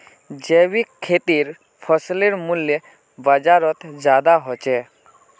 जैविक खेतीर फसलेर मूल्य बजारोत ज्यादा होचे